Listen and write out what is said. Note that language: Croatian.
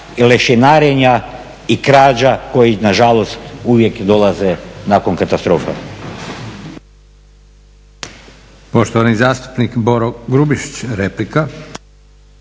lešinarenja i krađa koji nažalost uvijek dolaze nakon katastrofa.